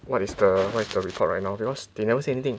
what is the what is the record right now because they never say anything